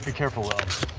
ah careful, will.